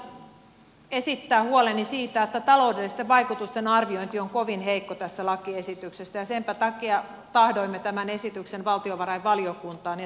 haluan vielä esittää huoleni siitä että taloudellisten vaikutusten arviointi on kovin heikko tässä lakiesityksessä ja senpä takia tahdoimme tämän esityksen valtiovarainvaliokuntaan